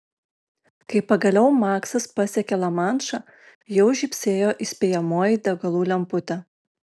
kai pagaliau maksas pasiekė lamanšą jau žybsėjo įspėjamoji degalų lemputė